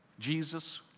Jesus